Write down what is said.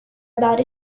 about